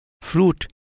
fruit